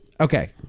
okay